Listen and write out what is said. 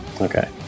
Okay